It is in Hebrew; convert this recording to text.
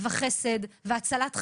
חסד והצלת חיים,